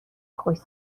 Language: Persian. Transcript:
خوش